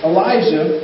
Elijah